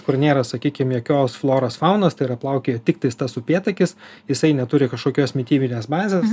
kur nėra sakykim jokios floros faunos tai yra plaukioja tiktai tas upėtakis jisai neturi kažkokios mitybinės bazės